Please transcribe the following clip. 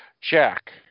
Jack